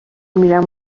میرم